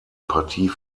partie